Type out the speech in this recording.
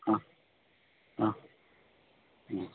ಹ್ಞೂ ಹಾಂ ಹ್ಞೂ